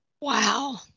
Wow